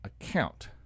account